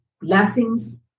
blessings